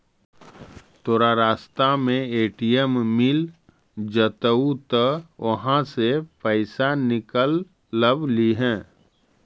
तोरा रास्ता में ए.टी.एम मिलऽ जतउ त उहाँ से पइसा निकलव लिहे